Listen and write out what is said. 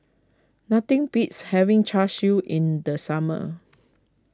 nothing beats having Char Siu in the summer